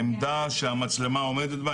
העמדה בה עומדת המצלמה,